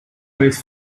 vez